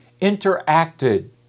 interacted